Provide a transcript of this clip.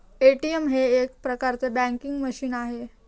ATM हे एक प्रकारचे बँकिंग मशीन आहे